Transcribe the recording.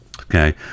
okay